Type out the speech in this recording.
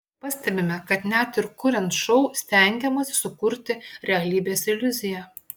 pastebime kad net ir kuriant šou stengiamasi sukurti realybės iliuziją